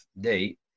date